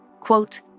quote